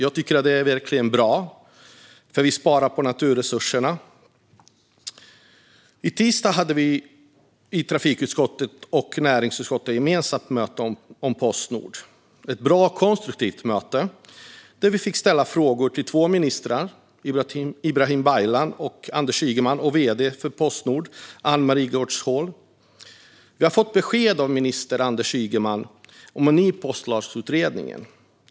Jag tycker verkligen att det är bra därför att det sparar naturresurser. I tisdags hade vi i trafikutskottet och näringsutskottet ett gemensamt möte om Postnord. Det var ett bra och konstruktivt möte där vi fick ställa frågor till två ministrar, Ibrahim Baylan och Anders Ygeman, och till Postnords vd Annemarie Gardshol. Vi har fått besked av minister Anders Ygeman om en ny postlagsutredning.